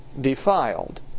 defiled